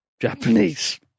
Japanese